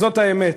זאת האמת.